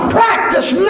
practice